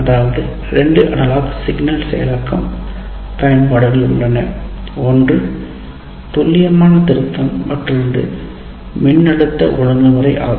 அதாவது 2 analogue signal செயலாக்கம் பயன்பாடுகள் உள்ளன ஒன்று துல்லியமான திருத்தம் மற்றொன்று மின்னழுத்த ஒழுங்குமுறை ஆகும்